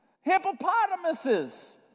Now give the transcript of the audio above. hippopotamuses